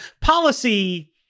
policy